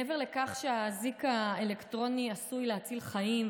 מעבר לכך שהאזיק האלקטרוני עשוי להציל חיים,